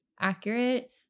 accurate